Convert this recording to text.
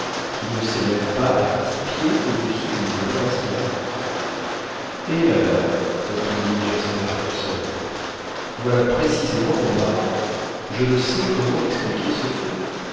qui ne s'élève pas à dix pieds au-dessus du niveau de la basse mer eh madame répondit jasper hobson voilà précisément mon embarras je ne sais comment expliquer ce fait